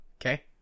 Okay